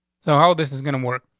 so how this is gonna work?